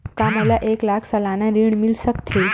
का मोला एक लाख सालाना ऋण मिल सकथे?